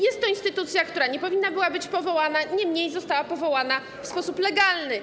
Jest to instytucja, która nie powinna była być powołana, niemniej została powołana w sposób legalny.